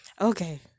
Okay